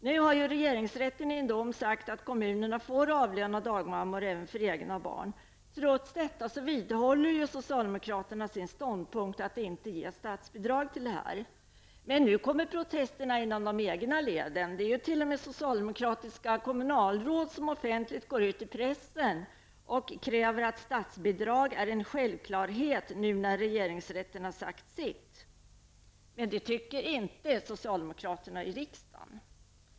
Nu har regeringsrätten i en dom sagt att kommunerna får avlöna dagmammor även för egna barn. Trots detta vidhåller socialdemokraterna sin ståndpunkt att inte ge statsbidrag till detta. Men nu kommer protesterna även från de egna leden. Det finns t.o.m. socialdemokratiska kommunalråd som offentligt går ut i pressen och kräver att statsbidrag skall vara en självklarhet nu när regeringsrätten sagt sitt. Det tycker inte socialdemokraterna i riksdagen.